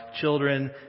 children